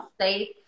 safe